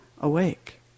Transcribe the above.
awake